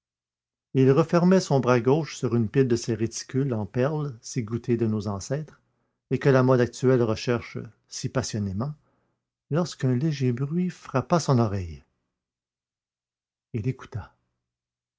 il refermait son bras gauche sur une pile de ces réticules en perles si goûtés de nos ancêtres et que la mode actuelle recherche si passionnément lorsqu'un léger bruit frappa son oreille il